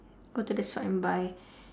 go to the shop and buy